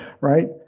Right